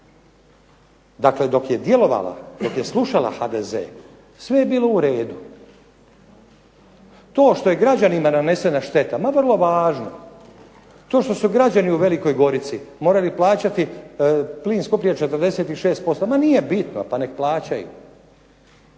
Dakle dok je djelovala, dok je slušala HDZ sve je bilo u redu. To što je građanima nanesena šteta ma vrlo važno. To što su građani u Velikoj Gorici morali plaćati plin skuplji 46% ma nije bitno pa nek plaćaju.